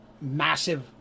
massive